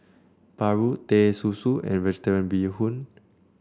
paru Teh Susu and vegetarian Bee Hoon